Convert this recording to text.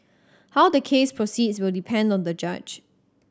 how the case proceeds will depend on the judge